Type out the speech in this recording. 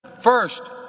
first